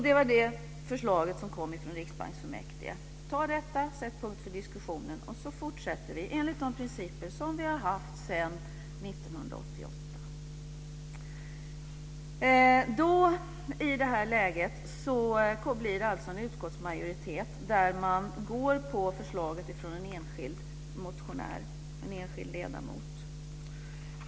Det var det förslag som kom från riksbanksfullmäktige, att man skulle ta detta, sätta punkt för diskussionen och fortsätta enligt de principer som vi har haft sedan 1988. I detta läge blir det alltså en utskottsmajoritet där man ansluter sig till förslaget från en enskild motionär, en enskild ledamot.